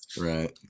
right